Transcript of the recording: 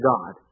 God